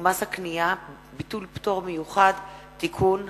ומס הקנייה (ביטול פטור מיוחד) (תיקון),